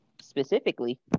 specifically